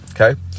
Okay